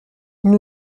nous